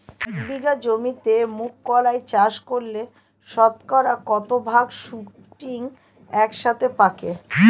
এক বিঘা জমিতে মুঘ কলাই চাষ করলে শতকরা কত ভাগ শুটিং একসাথে পাকে?